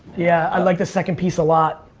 yeah, i like the second piece a lot.